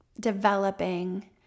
developing